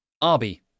Arby